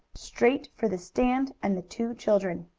straight for the stand and the two children.